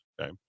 Okay